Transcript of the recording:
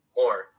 more